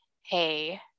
hey